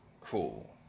cool